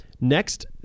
next